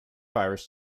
irish